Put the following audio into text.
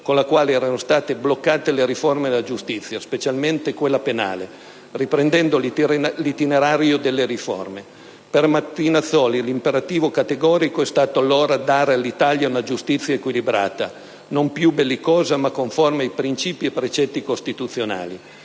con la quale erano state bloccate le riforme della giustizia, specialmente quella penale, riprendendo l'itinerario delle riforme. Per Martinazzoli l'imperativo categorico è stato allora dare all'Italia una giustizia equilibrata, non più bellicosa, ma conforme ai principi e precetti costituzionali.